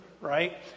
right